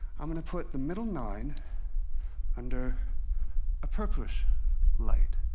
i'm going to put the middle nine under a purplish light.